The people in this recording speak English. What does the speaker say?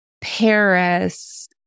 Paris